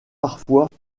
parfois